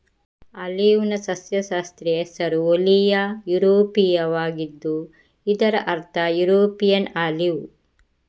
ಆಲಿವ್ನ ಸಸ್ಯಶಾಸ್ತ್ರೀಯ ಹೆಸರು ಓಲಿಯಾ ಯುರೋಪಿಯಾವಾಗಿದ್ದು ಇದರ ಅರ್ಥ ಯುರೋಪಿಯನ್ ಆಲಿವ್